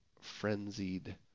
frenzied